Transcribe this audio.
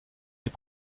est